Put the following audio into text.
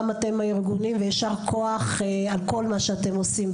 גם אתם הארגונים ויישר כוח על כל מה שאתם עושים,